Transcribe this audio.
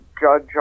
Judge